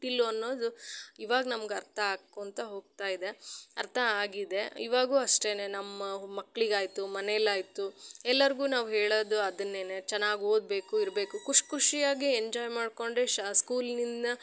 ಮೆಟ್ಟಿಲು ಅನ್ನೋದು ಇವಾಗ ನಮ್ಗೆ ಅರ್ಥ ಆಕೋಂತ ಹೋಗ್ತಾ ಇದೆ ಅರ್ಥ ಆಗಿದೆ ಇವಾಗೂ ಅಷ್ಟೇನೇ ನಮ್ಮ ಮಕ್ಕಳಿಗಾಯ್ತು ಮನೇಲಾಯ್ತು ಎಲ್ಲರಿಗೂ ನಾವು ಹೇಳೋದು ಅದನ್ನೇ ಚೆನ್ನಾಗ್ ಓದಬೇಕು ಇರಬೇಕು ಖುಷ್ ಖುಷಿಯಾಗೆ ಎಂಜಾಯ್ ಮಾಡಿಕೊಂಡೆ ಶ ಸ್ಕೂಲಿನಿಂದ